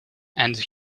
and